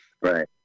Right